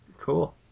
cool